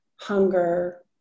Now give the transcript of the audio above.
hunger